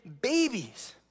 babies